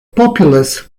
populous